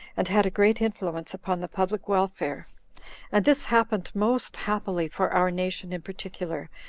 and had a great influence upon the public welfare and this happened most happily for our nation in particular,